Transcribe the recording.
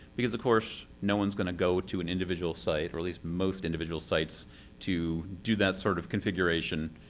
because of course, no one's gonna go to an individual site or at least most individual sites to do that sort of configuration.